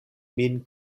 min